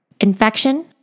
infection